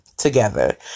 Together